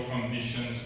conditions